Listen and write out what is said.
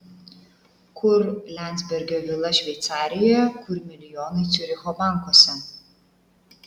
kur liandsbergio vila šveicarijoje kur milijonai ciuricho bankuose